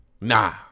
nah